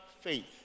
faith